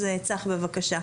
צח, בבקשה.